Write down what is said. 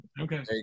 Okay